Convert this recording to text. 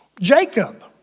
Jacob